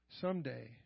Someday